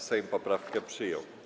Sejm poprawkę przyjął.